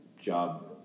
job